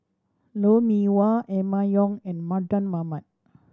Lou Mee Wah Emma Yong and Mardan Mamat